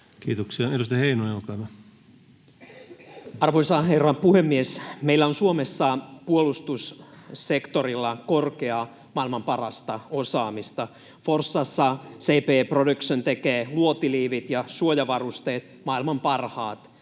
Kiitoksia. — Edustaja Heinonen, olkaa hyvä. Arvoisa herra puhemies! Meillä on Suomessa puolustussektorilla korkeaa, maailman parasta osaamista: Forssassa C.P.E. Production tekee luotiliivit ja suojavarusteet — maailman parhaat